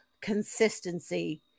consistency